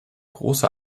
große